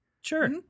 Sure